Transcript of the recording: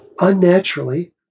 unnaturally